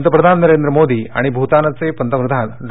पंतप्रधान नरेंद्र मोदी आणि भूतानचे पंतप्रधान डॉ